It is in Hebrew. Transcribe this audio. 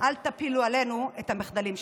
אל תפילו עלינו את המחדלים שלכם.